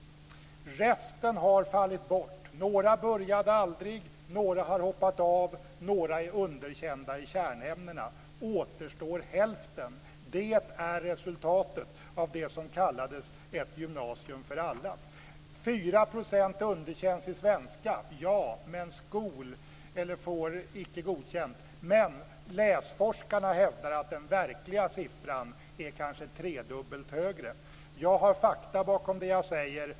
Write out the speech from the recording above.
Resten har fallit bort. Några började aldrig, några har hoppat av, några är underkända i kärnämnena. Återstår hälften. Det är resultatet av det som kallades ett gymnasium för alla. I svenska får 4 % icke godkänt, men läsforskarna hävdar att den verkliga siffran kanske är tredubbelt högre. Jag har fakta bakom det jag säger.